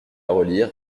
relire